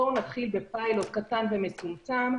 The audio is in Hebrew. בואו נתחיל בפיילוט קטן ומצומצם,